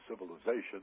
civilization